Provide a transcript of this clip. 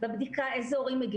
בבדיקה איזה הורים.